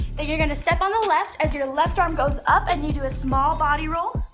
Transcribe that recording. then you're going to step on the left, as your left arm goes up, and you do a small body roll.